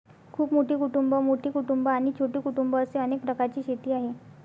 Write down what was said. खूप मोठी कुटुंबं, मोठी कुटुंबं आणि छोटी कुटुंबं असे अनेक प्रकारची शेती आहे